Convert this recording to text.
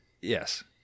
Yes